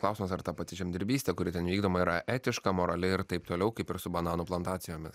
klausimas ar ta pati žemdirbystė kuri ten vykdoma yra etiška morali ir taip toliau kaip ir su bananų plantacijomis